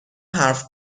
حرف